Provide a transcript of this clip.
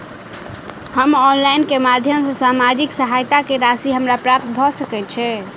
हम ऑनलाइन केँ माध्यम सँ सामाजिक सहायता केँ राशि हमरा प्राप्त भऽ सकै छै?